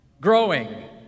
Growing